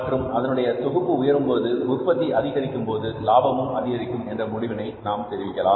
மற்றும் அதனுடைய தொகுப்பு உயரும்போது உற்பத்தி அதிகரிக்கும் போது லாபமும் அதிகரிக்கும் என்கிற முடிவினை நாம் தெரிவிக்கலாம்